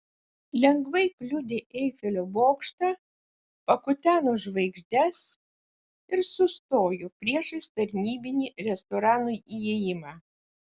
lengvai kliudė eifelio bokštą pakuteno žvaigždes ir sustojo priešais tarnybinį restorano įėjimą